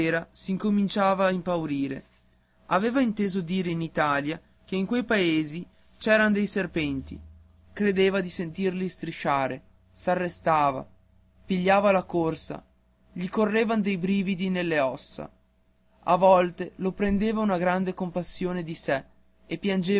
sera s'incominciava a impaurire aveva inteso dire in italia che in quei paesi c'eran dei serpenti credeva di sentirli strisciare s'arrestava pigliava la corsa gli correvan dei brividi nelle ossa a volte lo prendeva una grande compassione di sé e piangeva